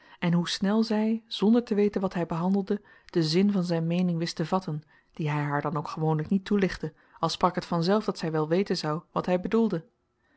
en hoe snel zy zonder te weten wat hy behandelde den zin van zyn meening wist te vatten die hy haar dan ook gewoonlyk niet toelichtte als sprak het vanzelf dat zy wel weten zou wat hy bedoelde